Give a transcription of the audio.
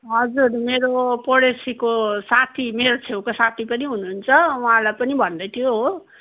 हजुर मेरो पडोसीको साथी मेरो छेउको साथी पनि हुनुहुन्छ वहाँलाई पनि भन्दै थियो हो